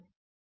professor